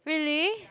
really